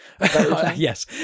Yes